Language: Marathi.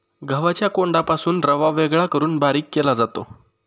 गव्हाच्या कोंडापासून रवा वेगळा करून बारीक केला जातो